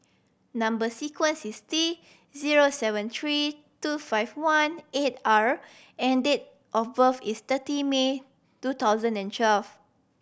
number sequence is T zero seven three two five one eight R and date of birth is thirty May two thousand and twelve